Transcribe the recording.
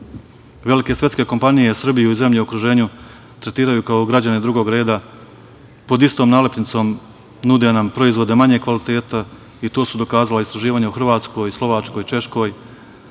Velike svetske kompanije Srbiju i zemlje u okruženju tretiraju kao građane drugog reda pod istom nalepnicom nude nam proizvode manjeg kvaliteta i to su dokazala istraživanja u Hrvatskoj, Slovačkoj, Češkoj.